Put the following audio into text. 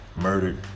Murdered